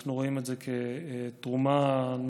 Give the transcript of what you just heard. אנחנו רואים את זה כתרומה נוספת